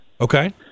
Okay